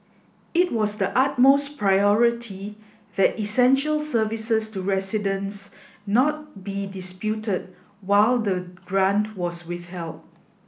it was the utmost priority that essential services to residents not be disputed while the grant was withheld